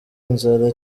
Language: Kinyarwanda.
inzara